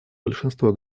большинство